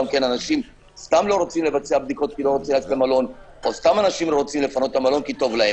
אנשים סתם לא רוצים לבצע בדיקות כי לא רוצים לפנות את המלון כי טוב להם.